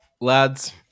lads